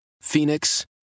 Phoenix